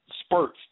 spurts